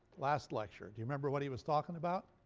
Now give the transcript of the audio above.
last lecture. do you remember what he was talking about?